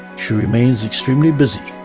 she remains extremely busy.